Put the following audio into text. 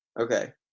Okay